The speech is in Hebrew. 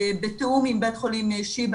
בתיאום עם בית חולים שיבא,